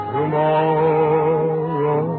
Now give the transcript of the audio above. Tomorrow